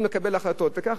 וככה אנחנו רואים את זה,